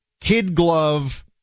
kid-glove